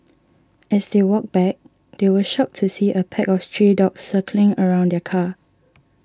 as they walked back they were shocked to see a pack of stray dogs circling around their car